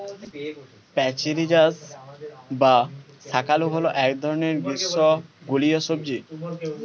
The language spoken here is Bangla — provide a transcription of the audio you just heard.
প্যাচিরিজাস বা শাঁকালু হল এক ধরনের গ্রীষ্মমণ্ডলীয় সবজি